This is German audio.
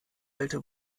alte